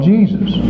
Jesus